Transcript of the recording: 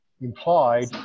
implied